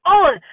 on